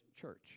church